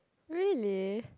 really